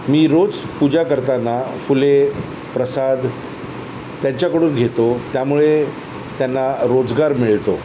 मी रोज पूजा करताना फुले प्रसाद त्यांच्याकडून घेतो त्यामुळे त्यांना रोजगार मिळतो